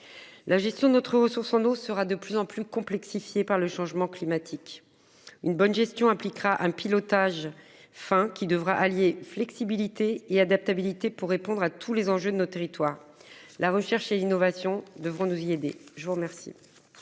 La gestion de notre ressource en eau sera de plus en plus complexifié par le changement climatique. Une bonne gestion impliquera un pilotage fin qui devra allier flexibilité et adaptabilité pour répondre à tous les enjeux de nos territoires. La recherche et l'innovation devront nous y aider. Je vous remercie.